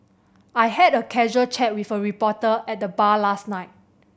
I had a casual chat with a reporter at the bar last night